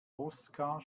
oskar